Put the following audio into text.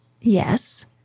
Yes